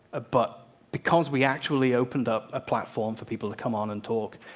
ah but because we actually opened up a platform for people to come on and talk,